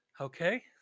Okay